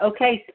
Okay